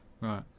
Right